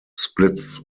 splits